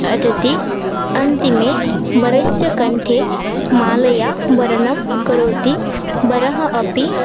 अटति अन्तिमे वरस्य कन्ठे मालयावरणं करोति वरः अपि